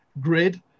grid